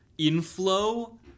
inflow